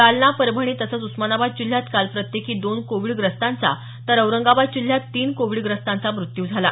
जालना परभणी तसंच उस्मानाबाद जिल्ह्यात काल प्रत्येकी दोन कोविडग्रस्तांचा तर औरंगाबाद जिल्ह्यात तीन कोविडग्रस्तांचा मृत्यू झाला